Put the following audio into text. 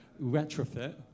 retrofit